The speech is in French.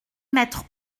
m’être